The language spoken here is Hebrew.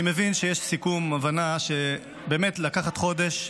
אני מבין שיש סיכום והבנה באמת לקחת חודש,